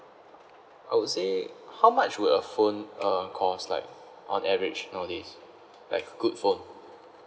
I would say how much would a phone uh cost like on average nowadays like good phone